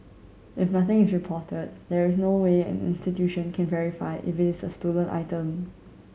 if nothing is reported there is no way an institution can verify if it is a stolen item